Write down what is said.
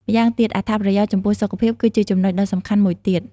ម្យ៉ាងទៀត អត្ថប្រយោជន៍ចំពោះសុខភាព គឺជាចំណុចដ៏សំខាន់មួយទៀត។